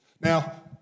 Now